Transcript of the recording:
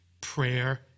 prayer